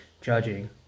judging